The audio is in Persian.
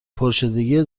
پرشدگی